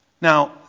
Now